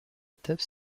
étape